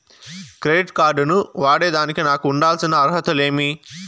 Credit card ను వాడేదానికి నాకు ఉండాల్సిన అర్హతలు ఏమి?